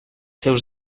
seus